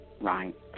Right